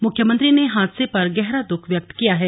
मुख्यमंत्री ने हादसे पर गहरा दुख व्यक्त किया है